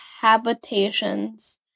habitations